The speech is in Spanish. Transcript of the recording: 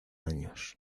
años